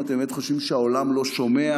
אתם באמת חושבים שהעולם לא שומע?